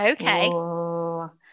Okay